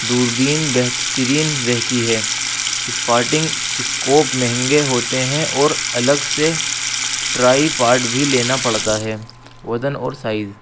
دوربین بہترین رہتی ہے اسپارٹنگ اسکوپ مہنگے ہوتے ہیں اور الگ سے ٹرائیپاڈ بھی لینا پڑتا ہے وزن اور سائز